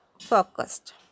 focused